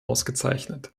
ausgezeichnet